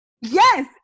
Yes